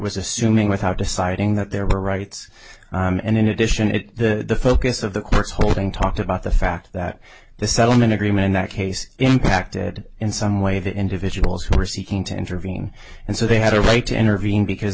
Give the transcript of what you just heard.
was assuming without deciding that there were rights and in addition it the focus of the court's holding talked about the fact that the settlement agreement in that case impacted in some way that individuals who were seeking to intervene and so they had a right to intervene because